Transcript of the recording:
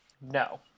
No